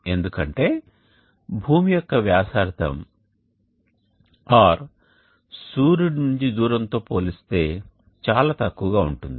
ఎందుకంటే భూమి యొక్క వ్యాసార్థంr సూర్యుడి నుండి దూరంతో పోలిస్తే చాలా తక్కువగా ఉంటుంది